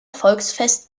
volksfest